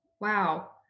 wow